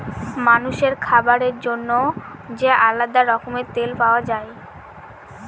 মানুষের খাবার জন্য যে আলাদা রকমের তেল পাওয়া যায়